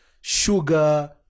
sugar